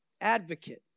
advocate